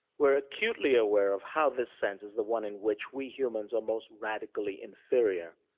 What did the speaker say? we're acutely aware of how this sense is the one in which we humans are most radically inferior.